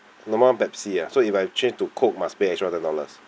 normal [one] Pepsi ah so if I change to Coke must pay extra ten dollars